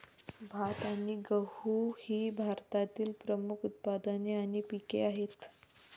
भात आणि गहू ही भारतातील प्रमुख उत्पादने आणि पिके आहेत